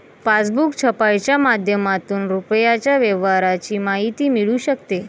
passbook छपाईच्या माध्यमातून रुपयाच्या व्यवहाराची माहिती मिळू शकते